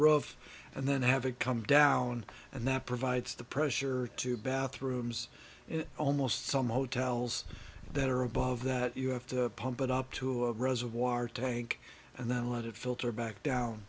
rove and then have it come down and that provides the pressure to bathrooms in almost some motels that are above that you have to pump it up to a reservoir tank and then let it filter back down